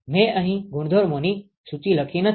મે અહી ગુણધર્મોની સૂચી લખી નથી